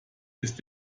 ist